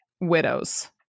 widows